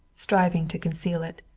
striving to conceal it.